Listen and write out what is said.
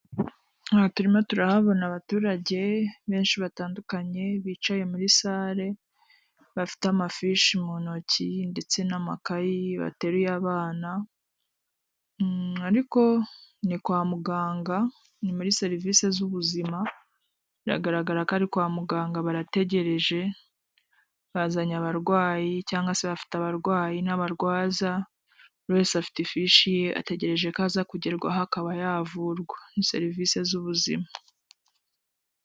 Aha turimo turahabona abaturage benshi batandukanye bicaye muri sare, bafite amafishi mu ntoki, ndetse n'amakayi bateruye abana, ariko ni kwa muganga ni muri serivisi z'ubuzima, biragaragara ko ari kwa muganga barategereje, bazanye abarwayi cyangwa se bafite abarwayi n'abarwaza, buri wese afite ifishi ye ategereje ko aza kugerwaho akaba yavurwa, ni serivisi z'ubuzima.